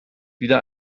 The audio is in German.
wieder